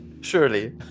Surely